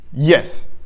Yes